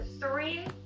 three